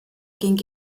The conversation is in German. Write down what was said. ging